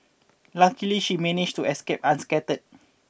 luckily she managed to escape unscathed